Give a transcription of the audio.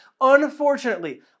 unfortunately